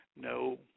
no